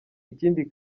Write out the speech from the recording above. ikindi